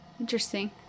Interesting